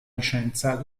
licenza